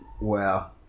Wow